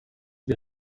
wir